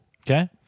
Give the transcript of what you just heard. Okay